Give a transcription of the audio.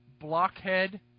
blockhead